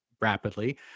rapidly